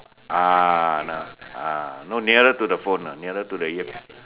ah no nearer to the phone nearer to the ear